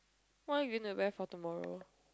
what are you gonna wear for tomorrow